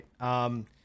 right